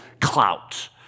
clout